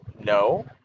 No